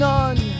None